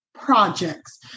projects